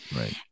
right